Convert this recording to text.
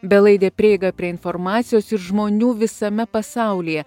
belaidė prieiga prie informacijos ir žmonių visame pasaulyje